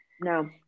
No